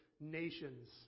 nations